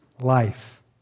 life